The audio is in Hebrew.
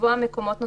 לקבוע מקומות נוספים.